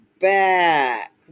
back